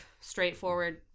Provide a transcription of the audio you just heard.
straightforward